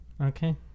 Okay